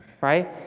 Right